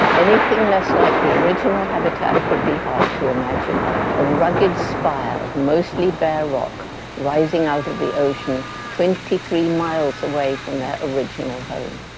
anything less like the original habitat would be hard to imagine a rugged spire of mostly bare rock rising out of the ocean, twenty three miles away from their original home.